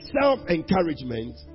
self-encouragement